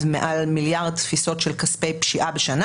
מעל מיליארד תפיסות של כספי פשיעה בשנה.